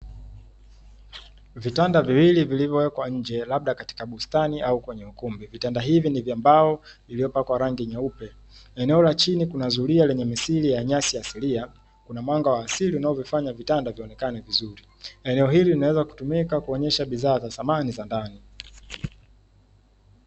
Vitanda viwili vilivyowekwa nje labda katika bustani au kwenye ukumbi vitanda hivi ni vya mbao iliopakwa rangi nyeupe eneo la chini kuna zulia lenye mithili ya nyasi asilia, kuna mwanga wa asili unaofanya vitanda vionekane vizuri. Eneo hili linaweza kutumika kuonyesha bidhaa za samani za ndani.